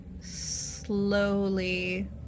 slowly